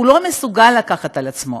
הוא לא מסוגל לקחת על עצמו,